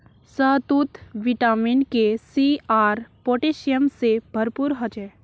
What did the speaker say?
शहतूत vitamin K, C आर potassium से भरपूर ह छे